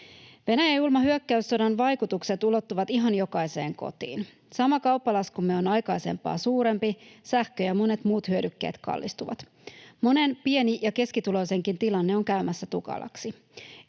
Venäjän julman hyökkäyssodan vaikutukset ulottuvat ihan jokaiseen kotiin. Sama kauppalaskumme on aikaisempaa suurempi, sähkö ja monet muut hyödykkeet kallistuvat. Monen pieni- ja keskituloisenkin tilanne on käymässä tukalaksi.